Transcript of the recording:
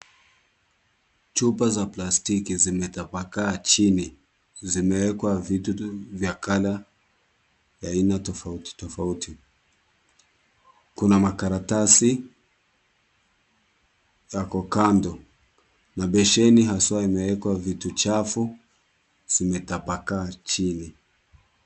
Chupa za plastiki zimetapakaa chini. Zimeekwa vitu vya color ya aina tofauti tofauti. Kuna makaratasi yako kando na besheni haswaa imeekwa vitu chafu zimetapakaa chini.